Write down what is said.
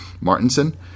Martinson